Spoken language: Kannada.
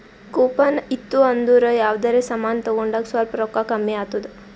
ಕೂಪನ್ ಇತ್ತು ಅಂದುರ್ ಯಾವ್ದರೆ ಸಮಾನ್ ತಗೊಂಡಾಗ್ ಸ್ವಲ್ಪ್ ರೋಕ್ಕಾ ಕಮ್ಮಿ ಆತ್ತುದ್